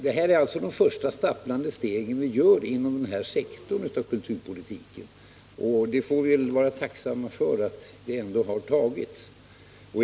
Det här är alltså de första stapplande stegen vi tar inom denna sektor av kulturpolitiken. Vi får vara tacksamma för att de ändå tagits.